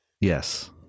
yes